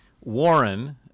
Warren